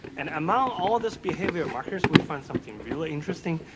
and among all all those behavior markers, we found something real interesting.